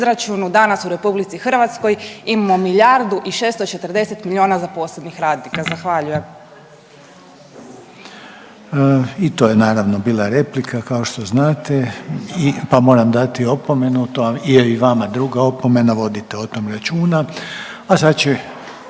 I to je naravno bila replika, kao što znate i pa moram dati opomenu, to je i vama druga opomena, vodite o tom računa.